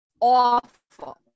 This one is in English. awful